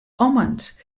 hòmens